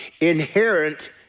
inherent